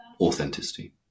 authenticity